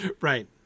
right